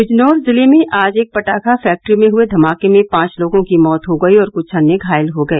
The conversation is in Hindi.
बिजनौर जिले में आज एक पटाखा फैक्ट्री में हुए धमाके में पांच लोगों की मौत हो गई और कुछ अन्य घायल हो गए